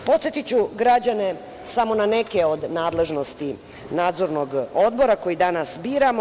Podsetiću građane samo na neke od nadležnosti Nadzornog odbora koji danas biramo.